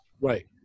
Right